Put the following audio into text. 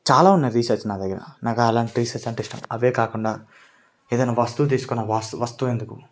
చాలా ఉన్నాయి రీసర్చ్ నా దగ్గర నాకు అలాంటి రీసర్చ్ అంటే ఇష్టం అవే కాకుండా ఏదైనా వస్తువు తీసుకొని ఆ వస్తువు ఎందుకు